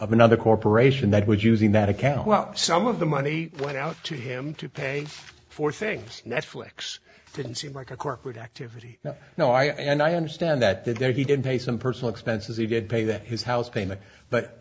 of another corporation that was using that account well some of the money went out to him to pay for things netflix didn't seem like a corporate activity no i and i understand that there he did pay some personal expenses he did pay that his house payment but